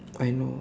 I know